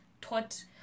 taught